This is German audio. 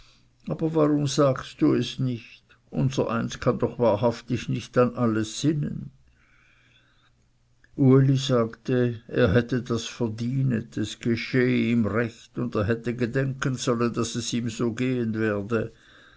aber warum sagst du es nicht unsereins kann doch wahrhaftig nicht an alles sinnen uli sagte er hätte das verdienet es geschehe ihm recht und er hätte gedenken sollen daß es ihm so gehen werde